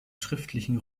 schriftlichen